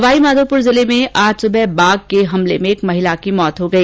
सवाईमाधोपुर जिले में आज सुबह बाघ के हमले में एक महिला की मौत हो गई